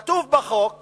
כתוב בחוק